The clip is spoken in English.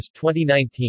2019